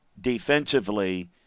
defensively